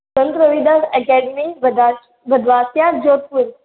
संत Ravidas academy भद भदवासिया जोधपुर